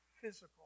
physical